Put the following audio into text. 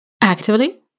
actively